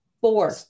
Four